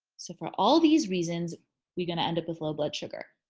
so for all these reasons you're gonna end up with low blood sugar.